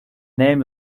name